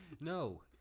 No